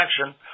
action